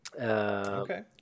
Okay